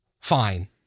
fine